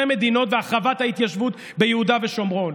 מדינות והחרבת ההתיישבות ביהודה ושומרון?